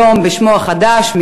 היום בשמו החדש,